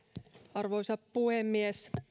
arvoisa puhemies